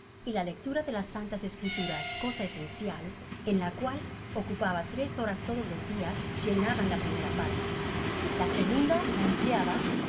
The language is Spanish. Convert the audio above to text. y la lectora de las santas escrituras cosa esencial en la cual ocupaba tres horas todos los dias llenaban la primera parte la segunda la empleaba